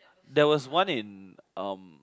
there was one in um